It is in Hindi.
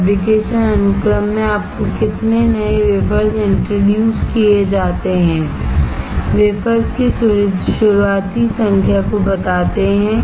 फैब्रिकेशन अनुक्रम में आपको कितने नए वेफर्स9wafers इंट्रोड्यूस किए जाते हैं वेफर्स की शुरुआती संख्या को बताते हैं